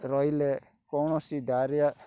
ରହିଲେ କୌଣସି ଡ଼ାଇରିଆ